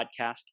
podcast